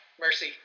Mercy